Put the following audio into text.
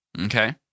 Okay